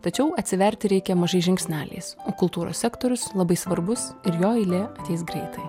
tačiau atsiverti reikia mažais žingsneliais o kultūros sektorius labai svarbus ir jo eilė ateis greitai